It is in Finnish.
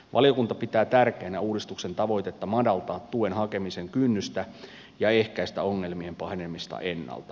valiokunta pitää tärkeänä uudistuksen tavoitetta madaltaa tuen hakemisen kynnystä ja ehkäistä ongelmien pahenemista ennalta